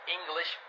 English